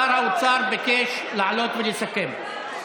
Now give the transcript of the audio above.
שר האוצר ביקש לעלות ולסכם.